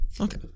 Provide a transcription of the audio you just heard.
Okay